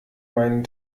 meinen